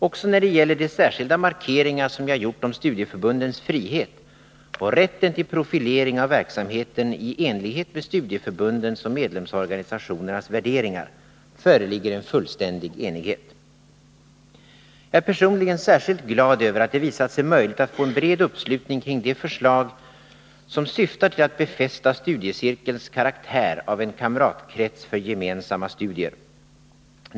Också när det gäller de särskilda markeringar som jag gjort om studieförbundens frihet och rätten till profilering av verksamheten i enlighet med studieförbundens och medlemsorganisationernas värderingar föreligger en fullständig enighet. Jag är personligen särskilt glad över att det visat sig möjligt att få bred uppslutning kring de förslag som syftar till att befästa studiecirkelns karaktär av en kamratkrets för gemensamma studier.